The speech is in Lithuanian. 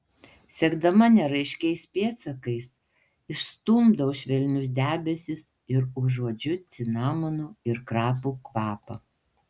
sekdama neraiškiais pėdsakais išstumdau švelnius debesis ir užuodžiu cinamonų ir krapų kvapą